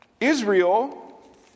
Israel